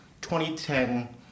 2010